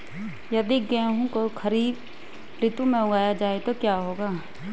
यदि गेहूँ को खरीफ ऋतु में उगाया जाए तो क्या होगा?